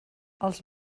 els